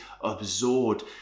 absorbed